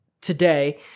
today